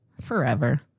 Forever